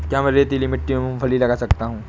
क्या मैं रेतीली मिट्टी में मूँगफली लगा सकता हूँ?